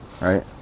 Right